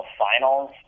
finals